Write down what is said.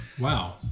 Wow